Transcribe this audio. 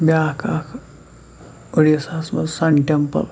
بیٛاکھ اَکھ اوٚڈیٖساہَس منٛز سَن ٹٮ۪مپٕل